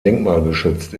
denkmalgeschützt